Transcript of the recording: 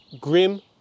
grim